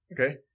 Okay